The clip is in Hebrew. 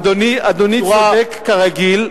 אדוני צודק, כרגיל,